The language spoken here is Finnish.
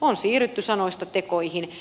on siirrytty sanoista tekoihin